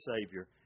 Savior